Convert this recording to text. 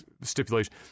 stipulation